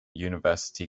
university